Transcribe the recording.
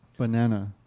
banana